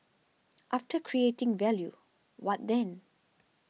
after creating value what then